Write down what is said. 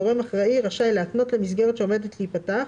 גורם אחראי רשאי להתנות למסגרת שעומדת להיפתח,